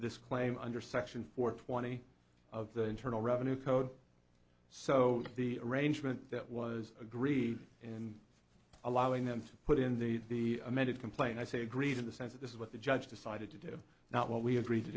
this claim under section four twenty of the internal revenue code so the arrangement that was agreed in allowing them to put in the amended complaint i say agrees in the sense that this is what the judge decided to do not what we agreed to